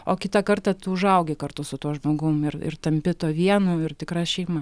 o kitą kartą tu užaugi kartu su tuo žmogum ir ir tampi tuo vienu ir tikra šeima